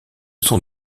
sont